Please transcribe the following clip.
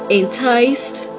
enticed